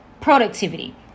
productivity